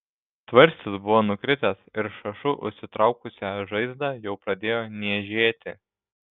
tvarstis buvo nukritęs ir šašu užsitraukusią žaizdą jau pradėjo niežėti